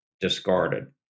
Discarded